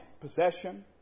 possession